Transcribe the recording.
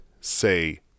say